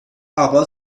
aber